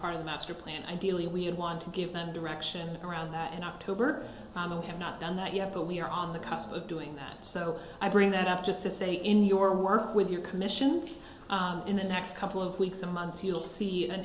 part of the master plan ideally we want to give them direction around and october have not done that yet but we are on the cusp of doing that so i bring that up just to say in your work with your commissions in the next couple of weeks and months you'll see an